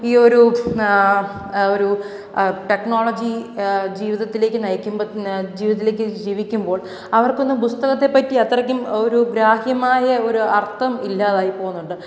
ഈ ഒരു ഒരു ടെക്നോളജി ജീവിതത്തിലേക്ക് നയിക്കുമ്പോൾ ജീവിതത്തിലേക്ക് ജീവിക്കുമ്പോൾ അവർക്കൊന്നും പുസ്തകത്തെ പറ്റി അത്രയ്ക്കും ഒരു ഗ്രാഹ്യമായ ഒരു അർത്ഥം ഇല്ലാതായി പോകുന്നുണ്ട്